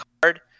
card